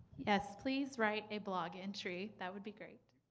yes, please write a blog entry, that would be great.